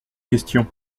question